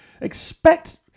Expect